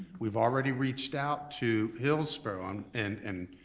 we've already reached out to hillsborough um and and